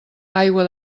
aigua